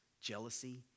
jealousy